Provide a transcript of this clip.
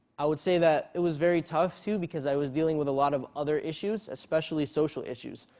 i would say that it was very tough so because i was dealing with a lot of other issues, especially social issues.